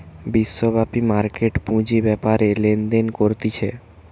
বিশ্বব্যাপী মার্কেট পুঁজি বেপারে লেনদেন করতিছে